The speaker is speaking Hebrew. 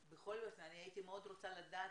אני הייתי מאוד רוצה לדעת,